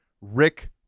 Rick